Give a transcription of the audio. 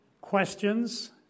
questions